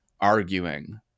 arguing